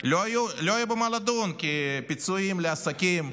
לא היה במה לדון, כי פיצויים לעסקים,